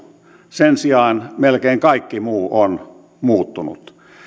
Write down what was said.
sen sijaan melkein kaikki muu on muuttunut